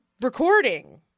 recording